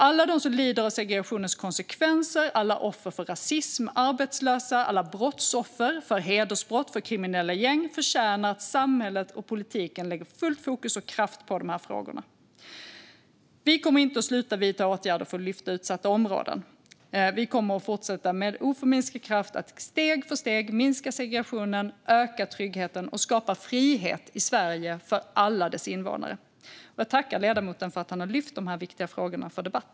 Alla de som lider av segregationens konsekvenser - alla offer för rasism, arbetslösa, alla offer för hedersbrott och för kriminella gäng - förtjänar att samhället och politiken lägger fullt fokus och full kraft på frågorna. Vi kommer inte att sluta att vidta åtgärder för att lyfta upp utsatta områden, utan vi kommer att med oförminskad kraft fortsätta att steg för steg minska segregationen, öka tryggheten och skapa frihet i Sverige för alla dess invånare. Jag tackar ledamoten för att han har lyft upp dessa viktiga frågor till debatt.